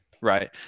right